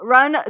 Run